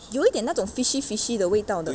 有一点那种 fishy fishy 的味道的